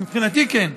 מבחינתי, כן.